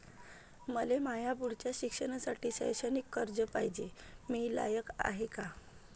मले माया पुढच्या शिक्षणासाठी शैक्षणिक कर्ज पायजे, मी लायक हाय का?